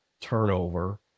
turnover